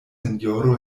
sinjoro